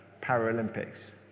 Paralympics